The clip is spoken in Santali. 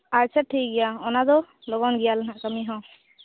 ᱟᱪᱪᱷᱟ ᱴᱷᱤᱠᱜᱮᱭᱟ ᱚᱱᱟ ᱫᱚ ᱞᱚᱜᱚᱱ ᱜᱮᱭᱟ ᱞᱮ ᱦᱟᱸᱜ ᱠᱟᱹᱢᱤ ᱦᱚᱸ